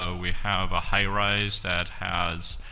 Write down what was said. so we have a high-rise that has